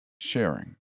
sharing